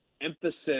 emphasis